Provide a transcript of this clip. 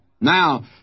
Now